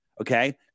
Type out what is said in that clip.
okay